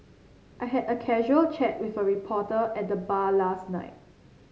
I had a casual chat with a reporter at the bar last night